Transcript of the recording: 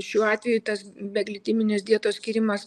šiuo atveju tas beglitiminės dietos skyrimas